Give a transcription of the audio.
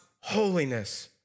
holiness